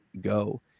go